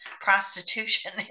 prostitution